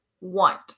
want